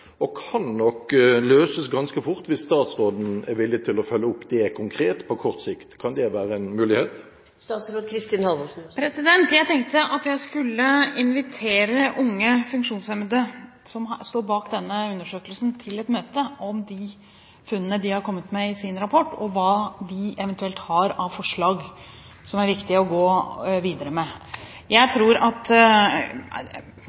og kan nok løses ganske fort hvis statsråden er villig til å følge det opp konkret på kort sikt. Kan det være en mulighet? Jeg tenkte at jeg skulle invitere Unge funksjonshemmede, som står bak denne undersøkelsen, til et møte om de funnene de har kommet med i sin rapport, og høre hva de eventuelt har av forslag som er viktig å gå videre med.